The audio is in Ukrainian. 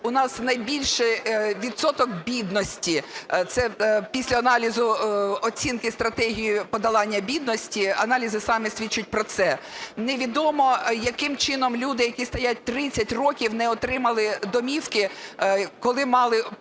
у нас найбільший відсоток бідності. Це після аналізу оцінки стратегії подолання бідності аналізи саме свідчать про це. Невідомо, яким чином люди, які стоять 30 років, не отримали домівки, коли приймали